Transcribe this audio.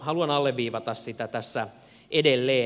haluan alleviivata sitä tässä edelleen